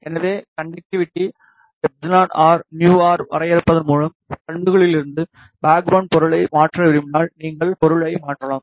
எனவே conductivity εrμr வரையறுப்பதன் மூலம் பண்புகளிலிருந்து பேக்ரவுண்ட் பொருளை மாற்ற விரும்பினால் நீங்கள் பொருளை மாற்றலாம்